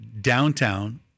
downtown